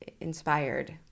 inspired